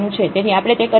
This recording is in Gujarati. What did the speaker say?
તેથી આપણે તે કરી શકીએ છીએ